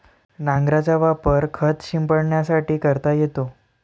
नांगराचा वापर खत शिंपडण्यासाठी करता येतो